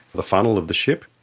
the funnel of the ship,